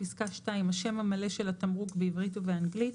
השם המלא של התמרוק בעברית ובאנגלית.